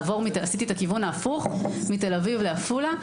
עשיתי את הכיוון ההפוך מתל אביב לעפולה,